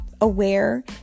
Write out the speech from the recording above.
aware